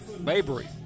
Mabry